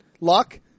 luck